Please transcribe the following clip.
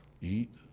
eat